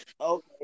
okay